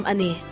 Ani